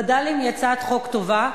וד"לים, היא הצעת חוק טובה.